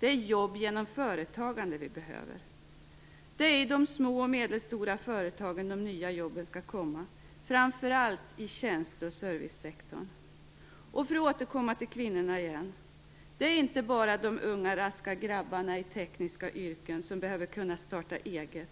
Det är jobb genom företagande som vi behöver. Det är i de små och medelstora företagen som de nya jobben skall komma, framför allt i tjänste och servicesektorn. För att återkomma till kvinnorna: Det är inte bara de unga raska grabbarna i tekniska yrken som behöver kunna starta eget.